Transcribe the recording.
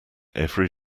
every